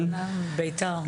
כאלה מאמנים,